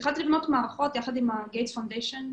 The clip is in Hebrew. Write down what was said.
התחלתי לבנות מערכות יחד עם ה-גייס פאונדיישן.